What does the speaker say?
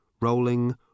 rolling